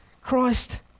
Christ